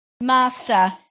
Master